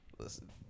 Listen